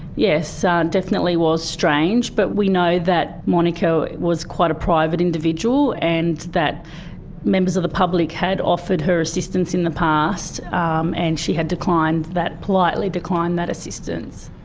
yes, it ah definitely was strange, but we know that monika was quite a private individual, and that members of the public had offered her assistance in the past, um and she had declined that, politely declined that assistance.